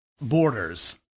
borders